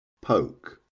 Poke